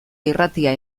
irratia